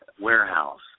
warehouse